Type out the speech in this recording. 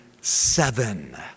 seven